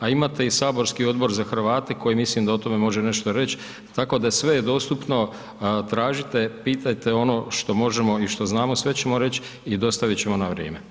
A imate i saborski Odbor za Hrvate koji mislim da o tome može nešto reći, tako da, sve je dostupno, tražite, pitajte ono što možemo i što znamo, sve ćemo reći i dostavit ćemo na vrijeme.